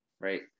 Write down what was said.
right